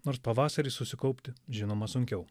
nors pavasarį susikaupti žinoma sunkiau